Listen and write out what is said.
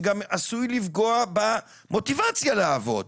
זה גם עשוי לפגוע במוטיבציה לעבוד.